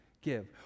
give